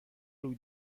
روی